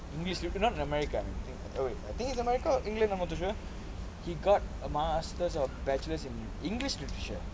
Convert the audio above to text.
english not in america oh wait I think it's america or england I'm not too sure he got a master's or bachelor's in english literature